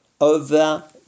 over